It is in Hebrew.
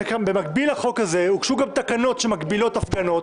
במקביל לחוק הזה גם הוגשו תקנות שמגבילות הפגנות.